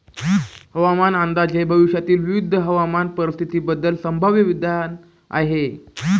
हवामान अंदाज हे भविष्यातील विविध हवामान परिस्थितींबद्दल संभाव्य विधान आहे